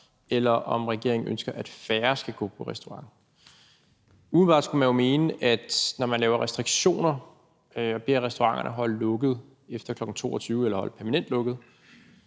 eller om regeringen ønsker, at færre skal gå på restaurant. Umiddelbart skulle man jo mene, at når man laver restriktioner og beder restauranterne holde lukket efter kl. 22.00 eller holde permanent lukket,